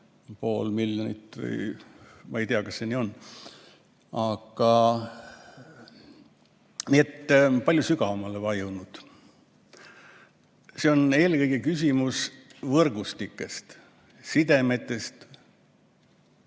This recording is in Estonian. pool miljonit või, ma ei tea, kas see nii on, aga ... Nii et palju sügavamale on vajunud. See on eelkõige küsimus võrgustikest, sidemetest.